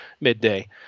midday